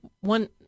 one